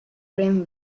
rim